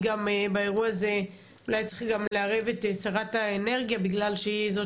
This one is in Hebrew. באירוע הזה אולי צריך לערב את שרת האנרגיה בגלל שהיא זאת